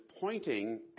pointing